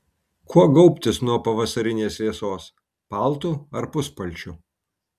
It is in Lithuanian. kuo gaubtis nuo pavasarinės vėsos paltu ar puspalčiu